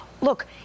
Look